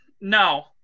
No